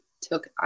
took